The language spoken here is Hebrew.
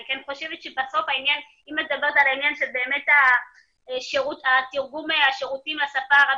אני כן חושבת שאם את מדברת על העניין של תרגום השירותים לשפה הערבית,